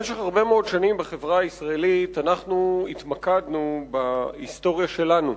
במשך הרבה שנים החברה הישראלית התמקדה רק בהיסטוריה שלנו